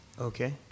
Okay